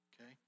Okay